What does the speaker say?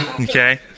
Okay